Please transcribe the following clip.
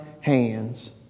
hands